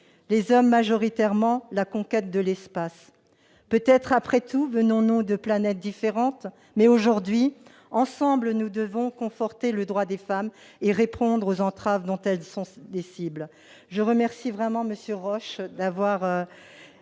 les hommes, majoritairement, la conquête de l'espace ... Peut-être venons-nous vraiment de planètes différentes ! Mais aujourd'hui, ensemble, nous devons conforter le droit des femmes et répondre aux entraves dont elles sont la cible. Je remercie vivement M. Roche et tous